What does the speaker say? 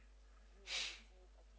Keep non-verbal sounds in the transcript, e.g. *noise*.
*breath*